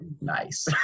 nice